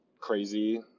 crazy